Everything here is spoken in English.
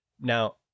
Now